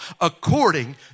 according